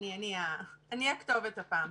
אני הכתובת הפעם.